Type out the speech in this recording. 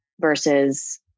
versus